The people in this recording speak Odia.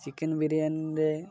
ଚିକେନ୍ ବିରିୟାନୀରେ